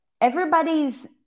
everybody's